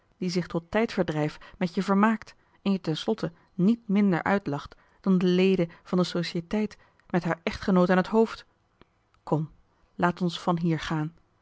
die zich tot tijdverdrijf met je vermaakt en je ten slotte niet minder uitlacht dan de leden van de societeit met haar echtgenoot aan het hoofd kom laat ons van hier gaan